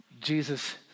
Jesus